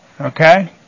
Okay